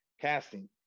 casting